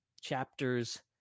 chapters